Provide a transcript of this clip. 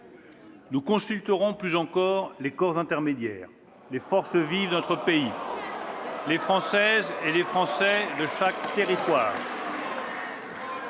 Nous consulterons plus encore les corps intermédiaires, les forces vives de notre pays, les Françaises et les Français de chaque territoire.